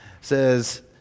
says